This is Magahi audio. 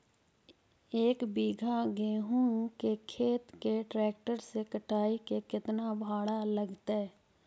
एक बिघा गेहूं के खेत के ट्रैक्टर से कटाई के केतना भाड़ा लगतै?